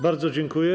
Bardzo dziękuję.